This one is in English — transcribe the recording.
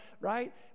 right